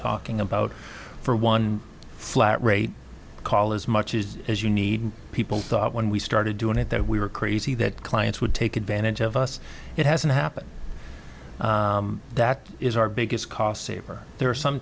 talking about for one flat rate call as much is as you need people thought when we started doing it that we were crazy that clients would take advantage of us it hasn't happened that is our biggest cost saver there are some